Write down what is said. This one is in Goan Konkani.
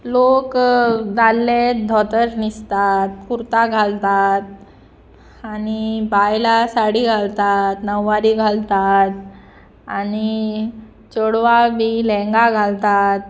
लोक दादले धोतर न्हिसतात कुर्ता घालतात आनी बायलां साडी घालतात नववारी घालतात आनी चेडवां बी लेंहगा घालतात